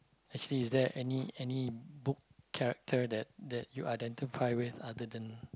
actually is there any any book character that that you identify with other than